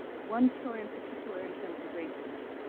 one story in particular in terms of racism.